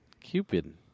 Cupid